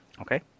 Okay